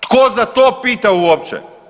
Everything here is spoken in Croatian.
Tko za to pita uopće?